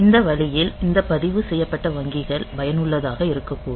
இந்த வழியில் இந்த பதிவு செய்யப்பட்ட வங்கிகள் பயனுள்ளதாக இருக்கக்கூடும்